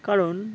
কারণ